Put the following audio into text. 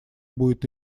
будет